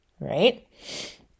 right